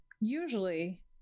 usually